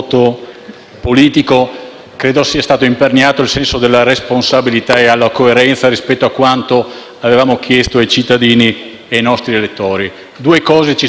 al voto politico, credo sia stato imperniato al senso di responsabilità e alla coerenza rispetto a quanto avevamo chiesto ai cittadini e ai nostri elettori. Due cose ci stavano